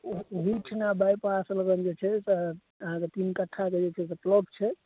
ओही ठिना बाइपास लगन जे छै तऽ अहाँके तीन कट्ठाके जे छै से प्लाॅट छै